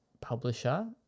publisher